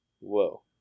whoa